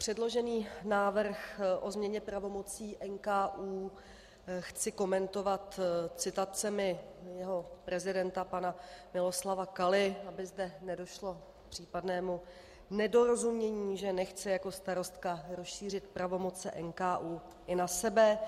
Předložený návrh o změně pravomocí NKÚ chci komentovat citacemi jeho prezidenta pana Miloslava Kaly, aby zde nedošlo k případnému nedorozumění, že nechci jako starostka rozšířit pravomoci NKÚ i na sebe.